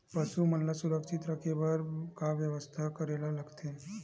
पशु मन ल सुरक्षित रखे बर का बेवस्था करेला लगथे?